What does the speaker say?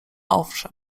owszem